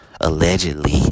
allegedly